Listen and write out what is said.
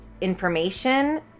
information